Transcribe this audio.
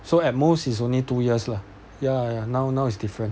so at most is only two years lah ya ya now now is different